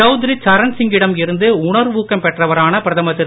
சௌத்திரிசரண்சிங்கிடம்இருந்துஉணர்வூக்கம்பெற்றவரானபிரதமர்திரு